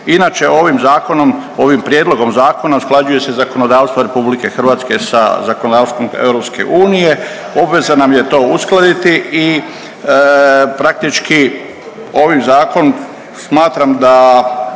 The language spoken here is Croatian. ovim prijedlogom zakona usklađuje se zakonodavstvo RH sa zakonodavstvom EU, obveza nam je to uskladiti i praktički ovim zakonom smatram